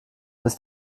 ist